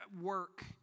work